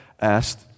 asked